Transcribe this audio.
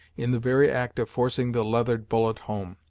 in the very act of forcing the leathered bullet home.